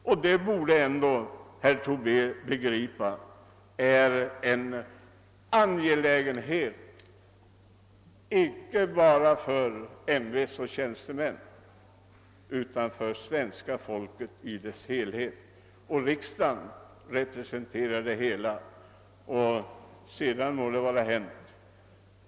Herr Tobé borde ändå begripa att detta är en angelägenhet inte bara för ämbetsoch tjänstemän utan för svenska folket i dess helhet, och det är riksdagen som representerar den helheten.